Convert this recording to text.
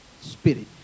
Spirit